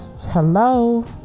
hello